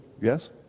yes